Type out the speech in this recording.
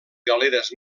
galeres